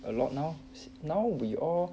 a lot now now we all